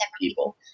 people